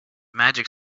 magic